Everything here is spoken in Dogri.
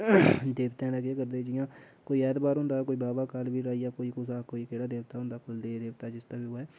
देवतें दा केह् करदे जि'यां कोई ऐतवार होंदा कोई बावा कालीवीर आइया कोई कुसै दा कोई केहड़ा देवता होंदा कुल देवी देवता जिसदा बी होऐ